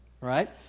right